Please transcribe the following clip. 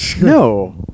No